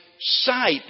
sight